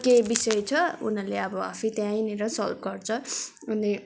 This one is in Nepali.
के विषय छ उनीहरूले अब आफै त्यहीँनिर सल्भ गर्छ अनि